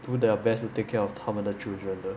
do their best to take care of 他们的 children 的